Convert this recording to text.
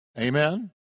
Amen